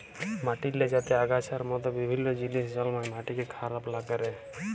মাটিল্লে যাতে আগাছার মত বিভিল্ল্য জিলিস জল্মায় মাটিকে খারাপ লা ক্যরে